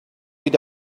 with